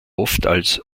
oftmals